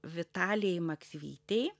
vitalijai maksvytei